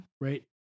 Right